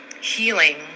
healing